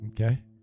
okay